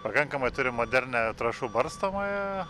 pakankamai turim modernią trąšų barstomąją